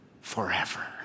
forever